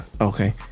okay